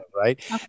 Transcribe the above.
right